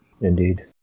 Indeed